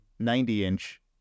90-inch